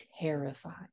terrified